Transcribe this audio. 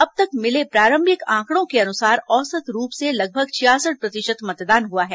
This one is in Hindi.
अब तक मिले प्रारंभिक आंकड़ों के अनुसार औसत रूप से लगभग छियासठ प्रतिशत मतदान हुआ है